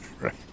right